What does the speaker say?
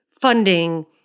funding